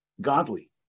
godly